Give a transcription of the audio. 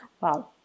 Wow